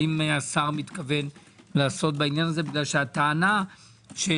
האם השר מתכוון לעסוק בעניין כי הטענה של